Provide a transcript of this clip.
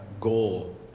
goal